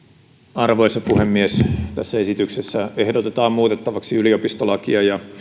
arvoisa puhemies tässä esityksessä ehdotetaan muutettavaksi yliopistolakia ja